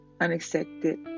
unexpected